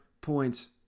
points